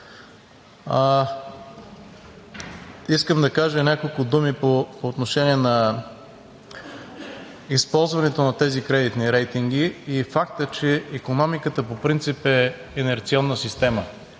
искам да кажа няколко думи по отношение на използването на тези кредитни рейтинги и факта, че икономиката по принцип е инерционна система.